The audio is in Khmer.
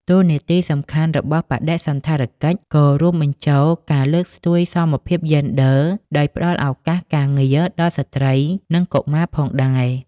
តួនាទីសំខាន់របស់បដិសណ្ឋារកិច្ចក៏រួមបញ្ចូលការលើកស្ទួយសមភាពយ៉េនឌ័រ ដោយផ្តល់ឱកាសការងារដល់ស្ត្រី និងកុមារផងដែរ។